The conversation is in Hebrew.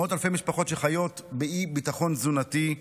מאות אלפי משפחות שחיות באי-ביטחון תזונתי,